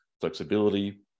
flexibility